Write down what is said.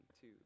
two